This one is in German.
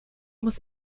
muss